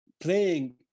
playing